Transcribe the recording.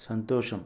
సంతోషం